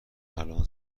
الان